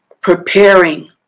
preparing